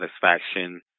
satisfaction